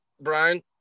Brian